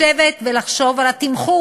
יש לשבת ולחשוב על התמחור.